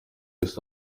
this